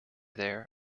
there